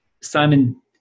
Simon